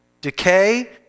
decay